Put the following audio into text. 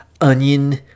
onion